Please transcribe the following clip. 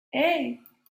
hey